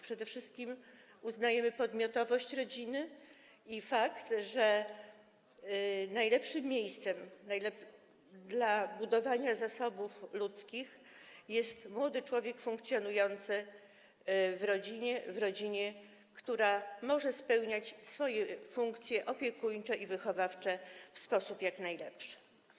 Przede wszystkim uznajemy podmiotowość rodziny i fakt, że najlepszy do budowania zasobów ludzkich jest młody człowiek funkcjonujący w rodzinie, która może spełniać swoje funkcje opiekuńcze i wychowawcze w sposób jak najlepszy.